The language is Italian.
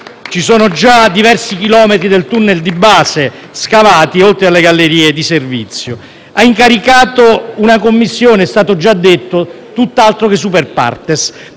Ci sono già diversi chilometri del *tunnel* di base scavati, oltre alle gallerie di servizio. Ha incaricato una Commissione - è stato già detto - tutt'altro che *super partes*.